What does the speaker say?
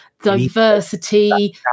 diversity